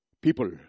People